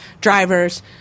drivers